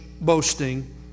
boasting